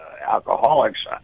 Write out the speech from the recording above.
alcoholics